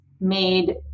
made